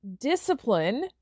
discipline